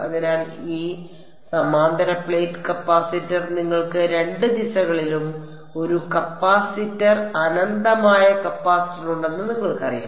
അതിനാൽ ഈ സമാന്തര പ്ലേറ്റ് കപ്പാസിറ്റർ നിങ്ങൾക്ക് രണ്ട് ദിശകളിലും ഒരു കപ്പാസിറ്റർ അനന്തമായ കപ്പാസിറ്റർ ഉണ്ടെന്ന് നിങ്ങൾക്ക് അറിയാം